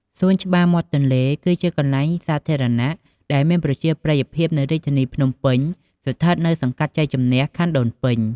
សួនច្បារមាត់ទន្លេគឺជាកន្លែងសាធារណៈដែលមានប្រជាប្រិយភាពនៅរាជធានីភ្នំពេញ ស្ថិតនៅសង្កាត់ជ័យជំនះ ខណ្ឌដូនពេញ។